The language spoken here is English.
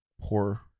poor